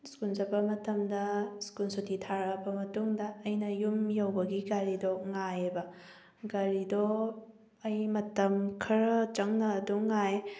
ꯁ꯭ꯀꯨꯟ ꯆꯠꯄ ꯃꯇꯝꯗ ꯏꯁꯀꯨꯟ ꯁꯨꯇꯤ ꯊꯥꯔꯛꯑꯕ ꯃꯇꯨꯡꯗ ꯑꯩꯅ ꯌꯨꯝ ꯌꯧꯕꯒꯤ ꯒꯥꯔꯤꯗꯣ ꯉꯥꯏꯌꯦꯕ ꯒꯥꯔꯤꯗꯣ ꯑꯩ ꯃꯇꯝ ꯈꯔ ꯆꯪꯅ ꯑꯗꯨꯝ ꯉꯥꯏ